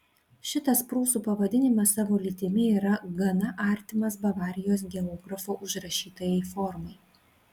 šitas prūsų pavadinimas savo lytimi yra gana artimas bavarijos geografo užrašytajai formai